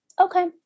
okay